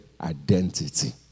identity